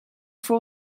voor